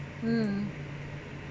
mm